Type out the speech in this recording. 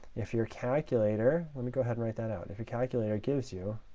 if your calculator let me go ahead write that out. if your calculator gives you